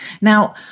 Now